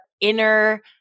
inner